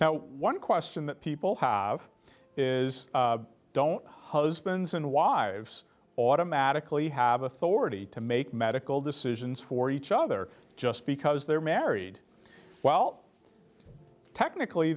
now one question that people have is don't husbands and wives automatically have authority to make medical decisions for each other just because they're married while technically